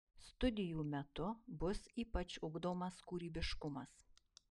studijų metu bus ypač ugdomas kūrybiškumas